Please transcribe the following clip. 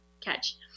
catch